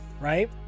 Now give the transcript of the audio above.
right